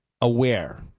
aware